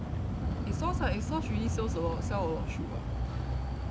ASOS ah ASOS really sells a lot of shoes [what]